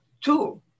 two